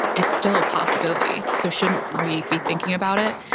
it's still a possibility. so shouldn't we be thinking about it?